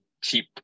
cheap